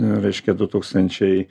reiškia du tūkstančiai